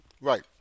Right